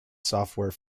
software